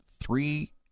three